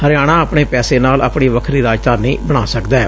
ਹਰਿਆਣਾ ਆਪਣੇ ਪੈਸੇ ਨਾਲ ਆਪਣੀ ਵੱਖਰੀ ਰਾਜਧਾਨੀ ਬਣਾ ਸਕਦੈ